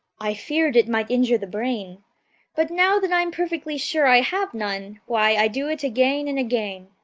i feared it might injure the brain but, now that i'm perfectly sure i have none, why, i do it again and again